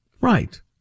right